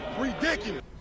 Ridiculous